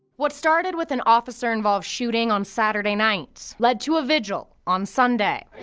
what started with an officer involved shooting on saturday nights led to a vigil on sunday